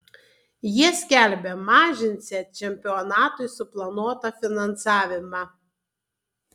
jie skelbia mažinsią čempionatui suplanuotą finansavimą